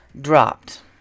dropped